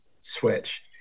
switch